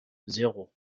zéro